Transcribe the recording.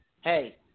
hey